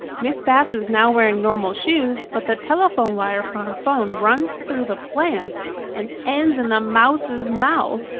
miss bass is now wearing normal shoes, but the telephone wire for her phone runs through the plant and ends in the mouse's mouth.